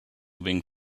being